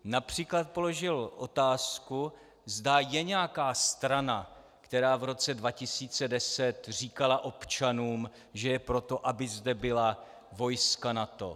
Například položil otázku, zda je nějaká strana, která v roce 2010 říkala občanům, že je pro to, aby zde byla vojska NATO.